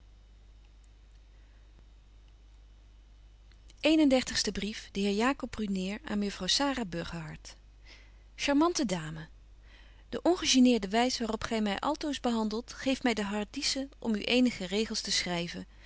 en dertigste brief de heer jacob brunier aan mejuffrouw sara burgerhart charmante dame de ongeneerde wys waar op gy my altoos behandelt geeft my de hardiesse om u eenige regels te schryven